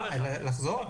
לחזור?